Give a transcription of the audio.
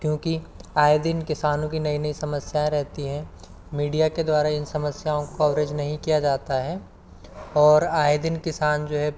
क्योंकि आए दिन किसानों की नई नई समस्याऍं रेहती हैं मीडिया के द्वारा इन समस्याओं का कवरेज नहीं किया जाता है और आए दिन किसान जो है